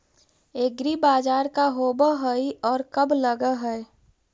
एग्रीबाजार का होब हइ और कब लग है?